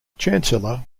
chancellor